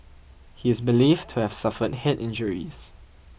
he is believed to have suffered head injuries